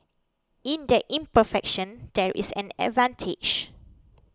in that imperfection there is an advantage